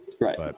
right